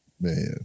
man